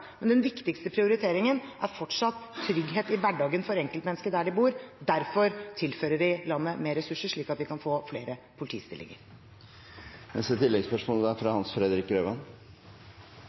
Men den viktigste prioriteringen er fortsatt trygghet i hverdagen for enkeltmennesket der det bor, og derfor tilfører vi landet mer ressurser, slik at vi kan få flere politistillinger. Hans Fredrik Grøvan